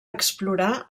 explorar